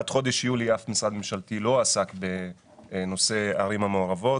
עד חודש יולי אף משרד ממשלתי לא עסק בנושא הערים המעורבות,